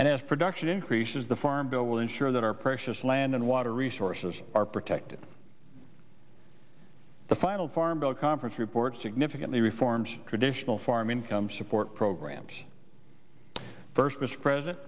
and as production increases the farm bill will ensure that our precious land and water resources are protected the final farm bill conference report significantly reforms traditional farm income support programs first mr president